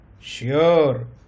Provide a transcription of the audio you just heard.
Sure